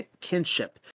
kinship